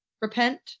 repent